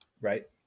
right